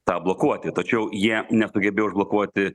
tą blokuoti tačiau jie nesugebėjo užblokuoti